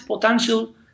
potential